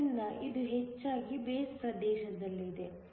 ಆದ್ದರಿಂದ ಇದು ಹೆಚ್ಚಾಗಿ ಬೇಸ್ ಪ್ರದೇಶದಲ್ಲಿದೆ